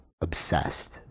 obsessed